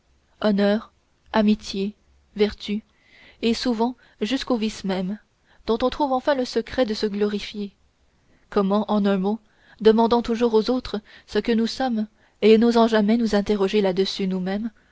honneur amitié vertu et souvent jusqu'aux vices mêmes dont on trouve enfin le secret de se glorifier comment en un mot demandant toujours aux autres ce que nous sommes et n'osant jamais nous interroger là-dessus nous-mêmes